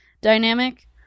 dynamic